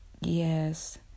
yes